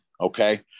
Okay